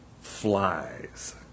flies